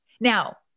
Now